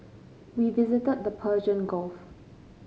we visited the Persian Gulf